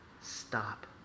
Stop